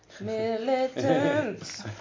Militants